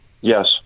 Yes